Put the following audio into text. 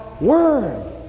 word